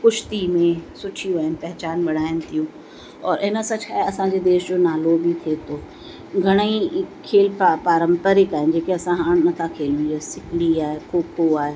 कुश्ती में सुठियूं आहिनि पहचान बणाइनि थियूं और इन सां छा आहे असांजे देश जो नालो बि थिए थो घणेई खेल प पारंपरिक आहिनि जेके असां हाण नथा खेलूं जीअं सिकड़ी आहे खोखो आहे